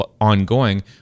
ongoing